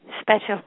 special